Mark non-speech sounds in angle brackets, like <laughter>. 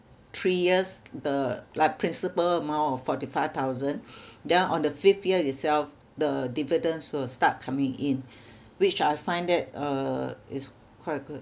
three years the like principal amount of forty five thousand <noise> then on the fifth year itself the dividends will start coming in which I find that uh is quite good